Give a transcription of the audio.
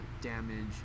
damage